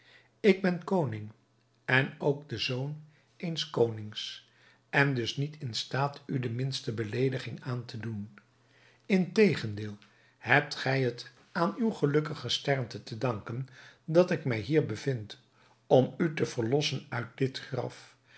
ik ben koning en ook de zoon eens konings en dus niet in staat u de minste beleediging aan te doen integendeel hebt gij het aan uw gelukkig gesternte te danken dat ik mij hier bevind om u te verlossen uit dit graf